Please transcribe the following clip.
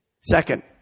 Second